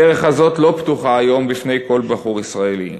הדרך הזאת לא פתוחה היום בפני כל בחור ישראלי.